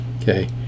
okay